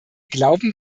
glauben